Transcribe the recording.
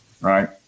Right